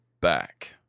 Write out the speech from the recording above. back